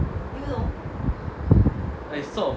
I sort of